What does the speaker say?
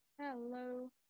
Hello